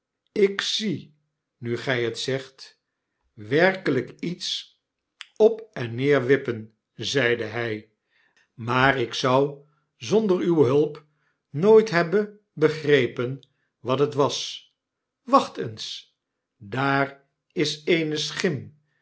ik zie nu gij het zegt werkelijk iets op en neer wippen zeide hij maar ik zou zonder uwe hulp nooit hebben begrepen wat het was wacht eens daar is eene schim